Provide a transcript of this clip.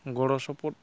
ᱜᱚᱲᱚ ᱥᱚᱯᱚᱫ